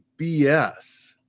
BS